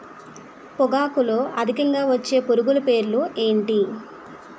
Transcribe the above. పొగాకులో అధికంగా వచ్చే పురుగుల పేర్లు ఏంటి